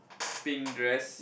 pink dress